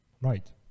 right